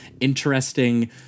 interesting